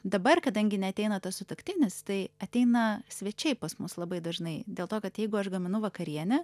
dabar kadangi neateina tas sutuoktinis tai ateina svečiai pas mus labai dažnai dėl to kad jeigu aš gaminu vakarienę